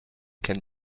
can